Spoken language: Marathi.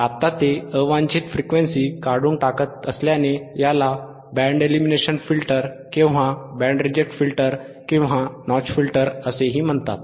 आता ते अवांछित फ्रिक्वेन्सी काढून टाकत असल्याने याला बँड एलिमिनेशन फिल्टर किंवा बँड रिजेक्ट फिल्टर किंवा नॉच फिल्टर असेही म्हणतात